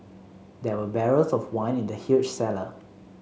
there were barrels of wine in the huge cellar